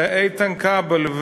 ואיתן כבל,